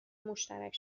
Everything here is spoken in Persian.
مشترک